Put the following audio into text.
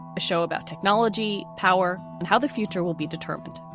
a show about technology, power and how the future will be determined.